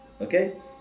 Okay